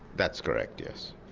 that's correct yes.